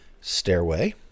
Stairway